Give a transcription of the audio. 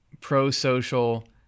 pro-social